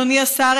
אדוני השר,